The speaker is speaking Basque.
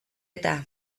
eta